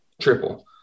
triple